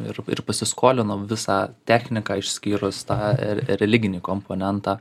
ir ir pasiskolinau visą techniką išskyrus tą religinį komponentą